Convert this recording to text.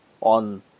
on